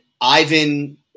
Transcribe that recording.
Ivan